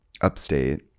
upstate